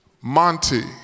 Monty